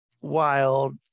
wild